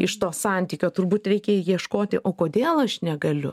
iš to santykio turbūt reikia ieškoti o kodėl aš negaliu